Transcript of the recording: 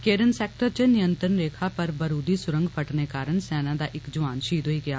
केरन sector च नियंत्रण रेखा पर इक बरूदी सुरंग फट्टने कारण सेना दा इक जुआन षहीद होई गेआ